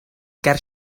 ger